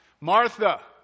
Martha